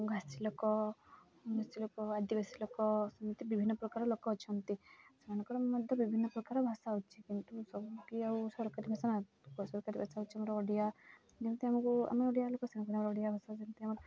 ଘାସି ଲୋକ ମେଶୀ ଲୋକ ଆଦିବାସୀ ଲୋକ ସେମିତି ବିଭିନ୍ନ ପ୍ରକାର ଲୋକ ଅଛନ୍ତି ସେମାନଙ୍କର ମଧ୍ୟ ବିଭିନ୍ନ ପ୍ରକାର ଭାଷା ଅଛି କିନ୍ତୁ ସବୁକି ଆଉ ସରକାରୀ ଭାଷା ବେସରକାରୀ ଭାଷା ହେଉଛି ଆମର ଓଡ଼ିଆ ଯେମିତି ଆମକୁ ଆମେ ଓଡ଼ିଆ ଲୋକ ସେମାନେ ଆମର ଓଡ଼ିଆ ଭାଷା ଯେମିତି ଆମର